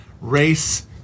race